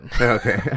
Okay